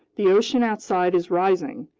the ocean outside is rising,